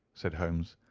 said holmes.